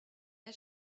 jag